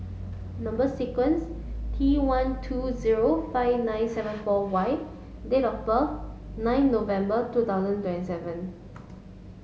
number sequence T one two zero five nine seven four Y date of birth nine November two thousand twenty seven